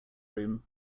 room